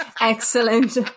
excellent